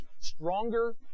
stronger